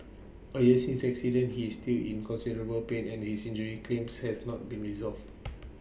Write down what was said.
A year since the accident he is still in considerable pain and his injury claims has not been resolved